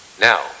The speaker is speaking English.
Now